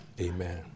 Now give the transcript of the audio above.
Amen